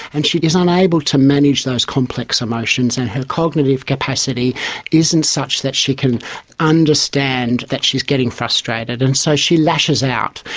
and she is unable to manage those complex emotions, and cognitive capacity isn't such that she can understand that she is getting frustrated, and so she lashes out.